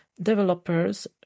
developers